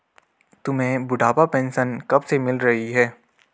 तुम्हें बुढ़ापा पेंशन कब से मिल रही है?